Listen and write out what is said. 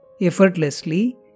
effortlessly